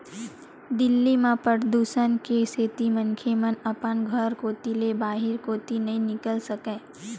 दिल्ली म परदूसन के सेती मनखे मन अपन घर कोती ले बाहिर कोती नइ निकल सकय